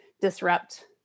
disrupt